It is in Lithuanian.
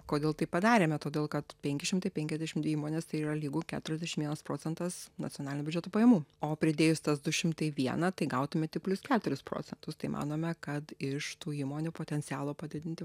kodėl taip padarėme todėl kad penki šimtai penkiasdešim dvi įmonės tai yra lygu keturiasdešim vienas procentas nacionalinio biudžeto pajamų o pridėjus tas du šimtai vieną tai gautumėte plius keturis procentus tai manome kad iš tų įmonių potencialo padidinti